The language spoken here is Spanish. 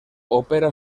opera